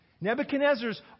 Nebuchadnezzar's